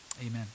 amen